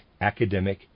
academic